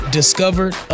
discovered